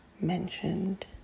mentioned